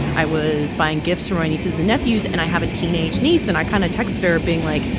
i was buying gifts for my nieces and nephews. and i have a teenage niece and i kind of texted her being like,